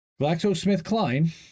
GlaxoSmithKline